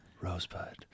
Rosebud